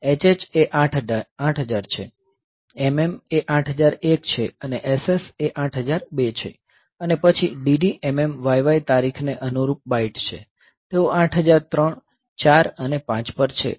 hh એ 8000 છે mm એ 8001 છે ss એ 8002 છે અને પછી dd mm yy તારીખને અનુરૂપ બાઇટ છે તેઓ 8003 4 અને 5 પર છે